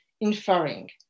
inferring